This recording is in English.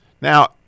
Now